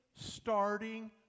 starting